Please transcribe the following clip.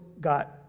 got